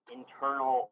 internal